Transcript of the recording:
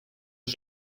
ist